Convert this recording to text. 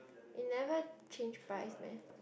it never change price meh